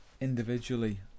Individually